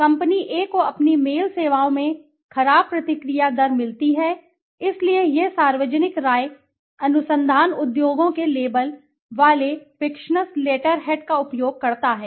company A को अपनी mail सेवाओं में खराब प्रतिक्रिया दर मिलती है इसलिए यह सार्वजनिक राय अनुसंधान उद्योगों के लेबल वाले फ़िक्शिअस लेटर हेड का उपयोग करता है